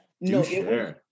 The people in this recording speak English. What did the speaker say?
no